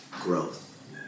growth